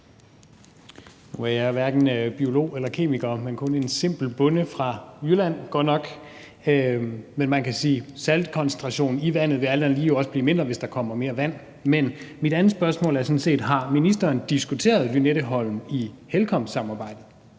er jeg hverken biolog eller kemiker, men kun en simpel bonde – fra Jylland godt nok. Men man kan sige, at saltkoncentrationen i vandet alt andet lige også vil blive mindre, hvis der kommer mere vand. Men mit andet spørgsmål er sådan set, om ministeren har diskuteret Lynetteholm i HELCOM-samarbejdet,